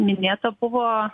minėta buvo